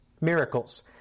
miracles